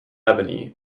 ebony